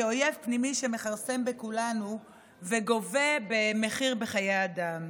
כאויב פנימי שמכרסם בכולנו וגובה מחיר בחיי אדם.